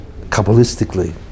Kabbalistically